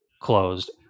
closed